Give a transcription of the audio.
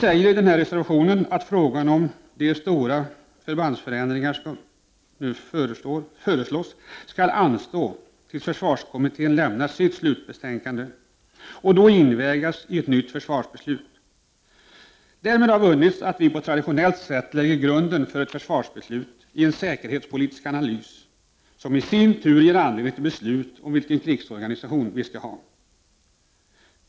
Vi säger i denna reservation att frågan om de stora förbandsförändringarna som föreslås skall anstå tills försvarskommittén lämnar sitt slutbetänkande och då invägas i ett nytt försvarsbeslut. Därmed har vunnits att vi på traditionellt sätt grundar ett försvarsbeslut på en säkerhetspolitisk analys, som i sin tur ger anledning till beslut om vilken krigsorganisation vi skall ha.